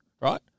right